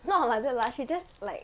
not like that lah she just like